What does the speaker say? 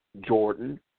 Jordan